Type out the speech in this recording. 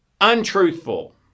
untruthful